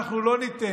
אנחנו לא ניתן